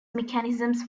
mechanisms